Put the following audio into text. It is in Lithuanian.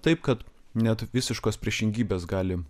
taip kad net visiškos priešingybės gali